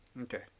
Okay